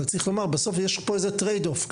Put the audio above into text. אבל צריך ללומר בסוף יש פה איזה trade off.